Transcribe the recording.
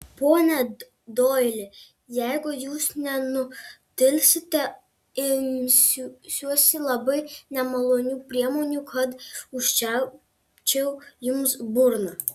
pone doili jeigu jūs nenutilsite imsiuosi labai nemalonių priemonių kad užčiaupčiau jums burną